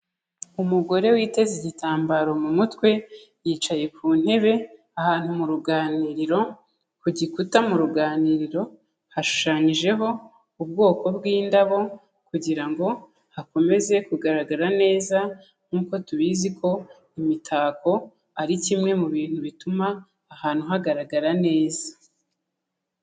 Umugore witeze igitambaro mu mutwe yicaye ku ntebe ahantu mu ruganiriro. Ku gikuta mu ruganiriro hashushanyijeho ubwoko bw'indabo kugira ngo hakomeze kugaragara neza nkuko tubizi ko imitako, ari kimwe mu bintu bituma ahantu hagaragara neza.